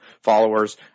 followers